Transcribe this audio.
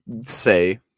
say